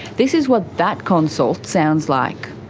this is what that consult sounds like.